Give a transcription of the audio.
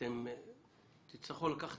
תצטרכו לקחת